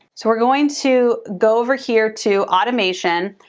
so we're going to go over here to automation,